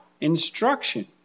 Instruction